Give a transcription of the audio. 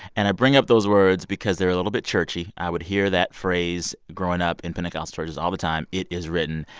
and i bring up those words because they're a little bit churchy. i would hear that phrase growing up in pentecostal churches all the time it is written.